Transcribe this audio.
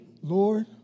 Lord